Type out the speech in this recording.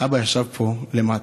ואבא ישב פה למטה.